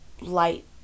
light